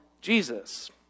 Jesus